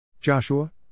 Joshua